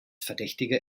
verdächtige